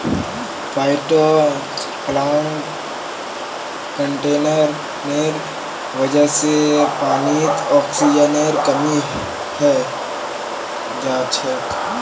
फाइटोप्लांकटनेर वजह से पानीत ऑक्सीजनेर कमी हैं जाछेक